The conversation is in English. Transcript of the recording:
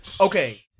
okay